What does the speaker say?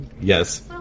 Yes